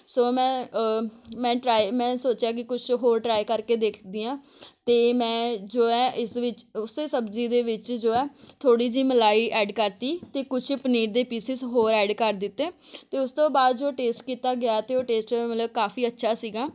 ਸੋ ਮੈਂ ਮੈਂ ਟਰਾਏ ਮੈਂ ਸੋਚਿਆ ਕਿ ਕੁਛ ਹੋਰ ਟਰਾਏ ਕਰਕੇ ਦੇਖਦੀ ਹਾਂ ਅਤੇ ਮੈਂ ਜੋ ਹੈ ਇਸ ਵਿੱਚ ਉਸੇ ਸਬਜ਼ੀ ਦੇ ਵਿੱਚ ਜੋ ਹੈ ਥੋੜ੍ਹੀ ਜਿਹੀ ਮਲਾਈ ਐਡ ਕਰਤੀ ਅਤੇ ਕੁਛ ਪਨੀਰ ਦੇ ਪੀਸਸ ਹੋਰ ਐਡ ਕਰ ਦਿੱਤੇ ਅਤੇ ਉਸ ਤੋਂ ਬਾਅਦ ਜੋ ਟੇਸਟ ਕੀਤਾ ਗਿਆ ਅਤੇ ਉਹ ਟੇਸਟ ਮਤਲਬ ਕਾਫੀ ਅੱਛਾ ਸੀਗਾ